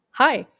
Hi